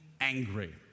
angry